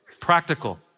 practical